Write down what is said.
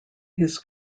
his